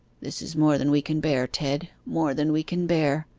this is more than we can bear, ted more than we can bear!